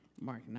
Mark